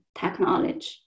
technology